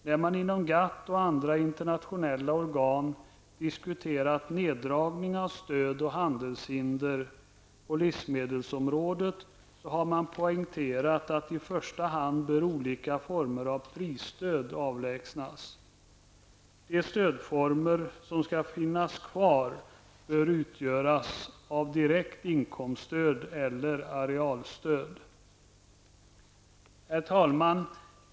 När man inom GATT och andra internationella organ diskuterat neddragningen av stöd och handelshinder på livsmedelsområdet har man poängterat att i första hand bör olika former av prisstöd avlägsnas. De stödformer som skall finnas kvar bör utgöras av direkt inkomststöd eller arealstöd. Herr talman!